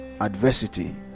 adversity